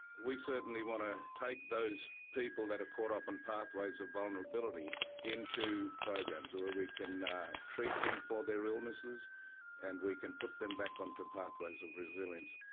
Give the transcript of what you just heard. we certainly want to take those people that are caught up on pathways of vulnerability into programs where we can treat them for their illnesses and we can put them back onto and pathways of resilience.